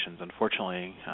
Unfortunately